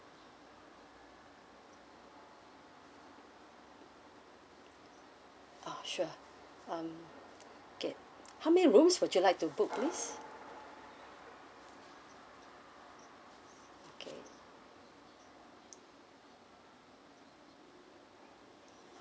oh sure um K how many rooms would you like to book please